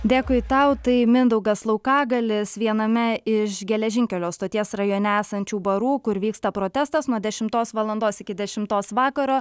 dėkui tau tai mindaugas laukagalis viename iš geležinkelio stoties rajone esančių barų kur vyksta protestas nuo dešimtos valandos iki dešimtos vakaro